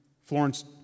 Florence